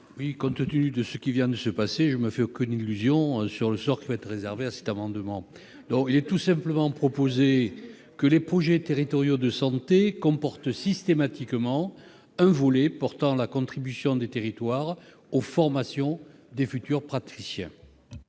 Compte tenu du débat qui vient de se dérouler, je ne me fais aucune illusion sur le sort qui sera réservé à mon amendement ! Je propose tout simplement que les projets territoriaux de santé comportent systématiquement un volet portant sur la contribution des territoires aux formations des futurs praticiens.